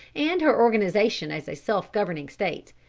and her organization as a self-governing state.